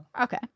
Okay